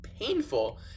painful